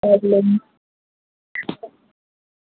problem